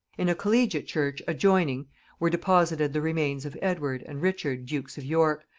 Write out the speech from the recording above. in a collegiate church adjoining were deposited the remains of edward and richard dukes of york,